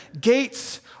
Gates